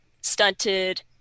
stunted